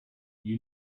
you